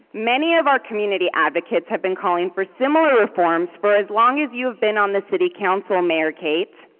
many of our community advocates have been calling for similar reforms for as long as you've been on the city council, mayor kate,